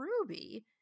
Ruby